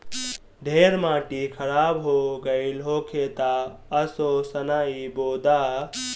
ढेर माटी खराब हो गइल होखे तअ असो सनइ बो दअ